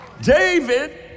David